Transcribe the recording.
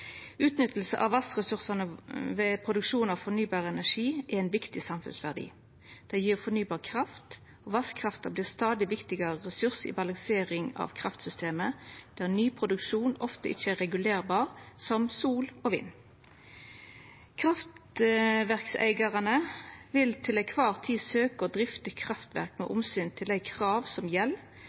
av vassressursane ved produksjon av fornybar energi er ein viktig samfunnsverdi. Det gjev fornybar kraft, og vasskrafta vert ein stadig viktigare ressurs i balansering av kraftsystemet, der ny produksjon ofte ikkje er regulerbar, som sol og vind. Kraftverkseigarane vil til kvar tid søkja å drifta kraftverka med omsyn til dei krava som gjeld,